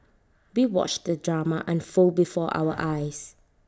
we watched the drama unfold before our eyes